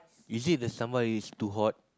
is it the sambal is too hot